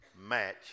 match